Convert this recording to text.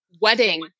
wedding